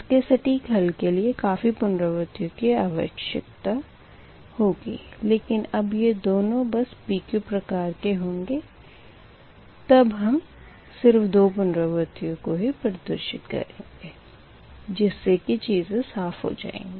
इसके सटीक हल के लिए काफ़ी पुनरवर्तियो की आवश्यकता होगी लेकिन जब ये दोनो बस PQ प्रकार के होंगे तब हम सिर्फ़ दो पुनरवर्तियो को ही प्रदर्शित करेंगे जिससे की चीज़ें साफ़ हो जाएँगी